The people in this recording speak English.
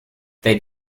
they